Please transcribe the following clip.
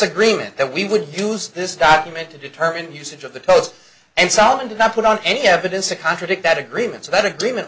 agreement that we would use this document to determine usage of the toast and stalin did not put on any evidence to contradict that agreement so that agreement